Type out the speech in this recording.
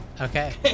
Okay